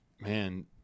Man